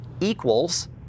equals